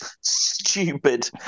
stupid